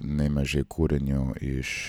nemažai kūrinių iš